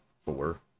four